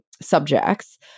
subjects